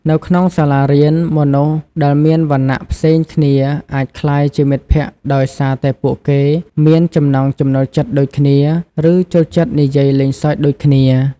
នៅក្នុងសាលារៀន មនុស្សដែលមានវណ្ណៈផ្សេងគ្នាអាចក្លាយជាមិត្តភក្តិដោយសារតែពួកគេមានចំណង់ចំណូលចិត្តដូចគ្នាឬចូលចិត្តនិយាយលេងសើចដូចគ្នា។